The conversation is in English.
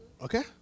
Okay